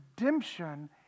redemption